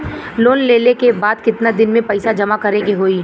Loan लेले के बाद कितना दिन में पैसा जमा करे के होई?